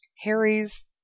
Harry's